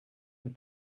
with